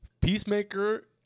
Peacemaker